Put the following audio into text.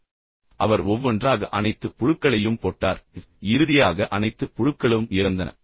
எனவே அவர் ஒவ்வொன்றாக அனைத்து புழுக்களையும் போட்டார் இறுதியாக அனைத்து புழுக்களும் இறந்தன